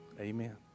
Amen